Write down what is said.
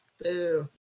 Boo